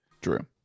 drew